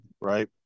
Right